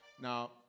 Now